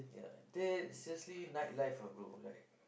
ya that seriously nightlife ah bro like